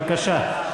בבקשה.